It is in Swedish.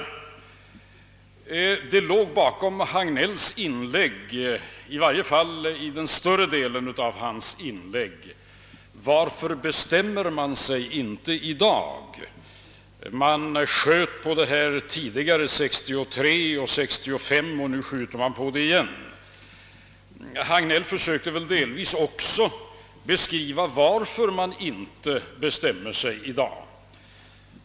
Bakom herr Hagnells inlägg, i varje fall större delen av det, låg frågan: Varför bestämmer man sig inte i dag? Man sköt på frågan 1963 och 1965 och nu skjuter man på den igen. Herr Hagnell försökte väl också delvis beskriva varför man inte bestämmer sig i dag.